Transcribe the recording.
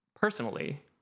personally